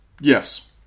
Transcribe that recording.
Yes